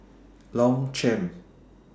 Longchamp